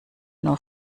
nur